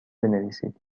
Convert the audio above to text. بنویسید